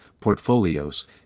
portfolios